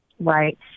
Right